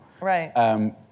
Right